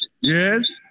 Yes